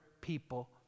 people